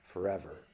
forever